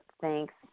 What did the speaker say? thanks